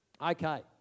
Okay